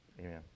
Amen